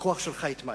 הכוח שלך יתמעט.